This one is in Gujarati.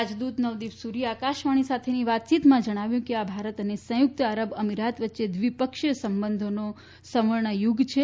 રાજદૃત નવદીપ સૂરીએ આકાશવાણી સાથેની વાતચીતમાં જણાવ્યું કે આ સાથે ભારત અને સંયુક્ત આરબ અમિરાત વચ્ચે દ્વિપક્ષીય સંબંધોનો સુવર્ણકાળ છે